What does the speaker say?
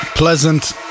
Pleasant